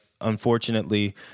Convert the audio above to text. unfortunately